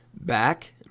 back